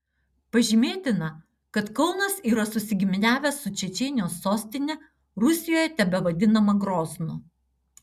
pažymėtina kad kaunas yra susigiminiavęs su čečėnijos sostine rusijoje tebevadinama groznu